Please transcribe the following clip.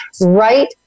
right